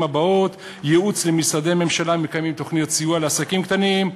האלה: לייעץ למשרדי ממשלה המקיימים תוכניות סיוע לעסקים קטנים,